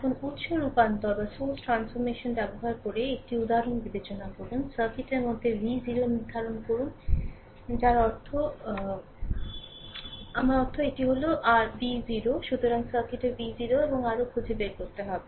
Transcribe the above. এখন উত্স রূপান্তর ব্যবহার করে একটি উদাহরণ বিবেচনা করুন সার্কিটের মধ্যে v 0 নির্ধারণ করুন যার অর্থ আমার অর্থ এটি হল r v 0 সুতরাং সার্কিটের v 0 এবং আরও খুঁজে বের করতে হবে